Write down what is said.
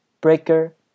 Breaker